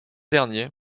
dernier